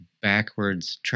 backwards